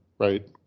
Right